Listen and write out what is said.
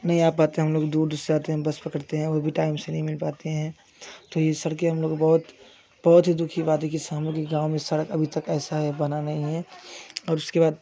नहीं आ पाते हम लोग दूर से आते हैं बस पकड़ते हैं वो भी टाइम से नहीं मिल पाते हैं तो ये सड़के हम लोग बहुत बहुत ही दुख की बात है की हम लोग के गाँव में सड़क अभी तक ऐसा है बना नहीं है और उसके बाद